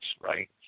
right